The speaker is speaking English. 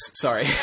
sorry